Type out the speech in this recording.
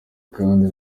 kandi